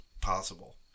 possible